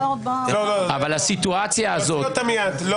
להוציא אותה מיד.